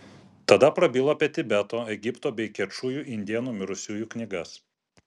tada prabilo apie tibeto egipto bei kečujų indėnų mirusiųjų knygas